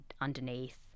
underneath